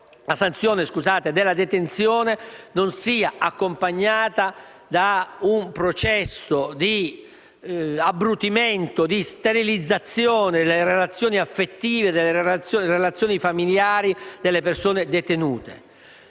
la sanzione della detenzione non sia accompagnata da un processo di abbrutimento e di sterilizzazione delle relazioni affettive e familiari delle persone detenute.